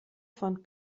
von